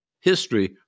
History